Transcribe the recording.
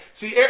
See